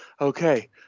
okay